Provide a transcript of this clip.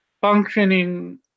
functioning